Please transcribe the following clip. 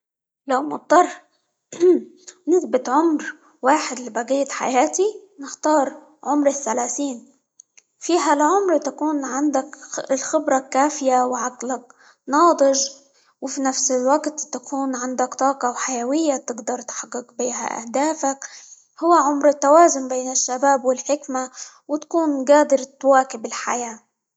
لو مضطر نثبت عمر واحد لبقية حياتي نختار عمر الثلاثين، فيها العمر تكون عندك -خ- الخبرة الكافية، وعقلك ناضج، وفي نفس الوقت تكون عندك طاقة، وحيوية تقدر تحقق بها أهدافك، هو عمر التوازن بين الشباب، والحكمة، وتكون قادر تواكب الحياة.